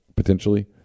Potentially